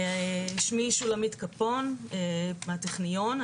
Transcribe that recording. שמי שולמית קפון מהטכניון,